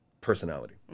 personality